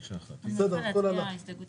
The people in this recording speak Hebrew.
יש לך גם כאן בסוף הסתייגויות